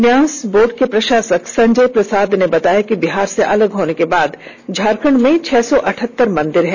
न्यास बोर्ड के प्रशासक संजय प्रसाद ने बताया कि बिहार से अलग होने के बाद झारखंड में छह सौ अठहतर मंदिर हैं